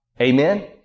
Amen